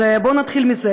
אז בוא נתחיל מזה.